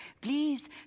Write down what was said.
Please